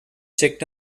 checked